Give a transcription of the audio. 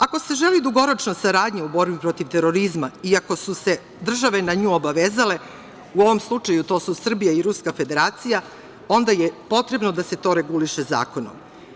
Ako se želi dugoročna saradnja u borbi protiv terorizma i ako su se države na nju obavezale, u ovom slučaju to su Srbija i Ruska Federacija, onda je potrebno da se to reguliše zakonom.